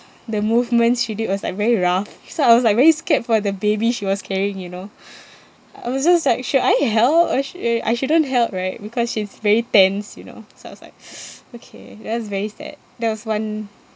the movements she did was like very rough so I was like very scared for the baby she was carrying you know I was just like should I help or should uh I shouldn't help right because she's very tense you know so I was like okay that's very sad that was one